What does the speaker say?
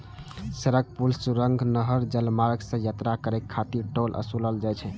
सड़क, पुल, सुरंग, नहर, जलमार्ग सं यात्रा करै खातिर टोल ओसूलल जाइ छै